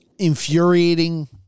infuriating